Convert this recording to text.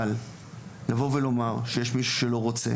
אבל לבוא ולומר שיש מישהו שלא רוצה